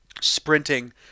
sprinting